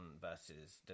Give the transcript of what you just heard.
versus